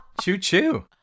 Choo-choo